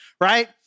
right